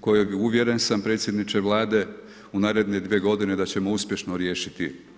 koje uvjeren sam predsjedniče Vlade u naredne dvije godine da ćemo uspješno riješiti.